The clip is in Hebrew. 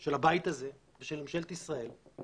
של הבית הזה ושל ממשלת ישראל,